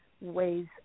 ways